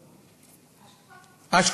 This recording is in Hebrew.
אשכרה?